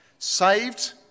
saved